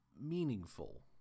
meaningful